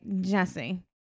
Jesse